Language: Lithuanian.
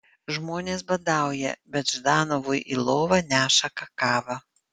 žmonės badauja bet ždanovui į lovą neša kakavą